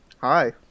Hi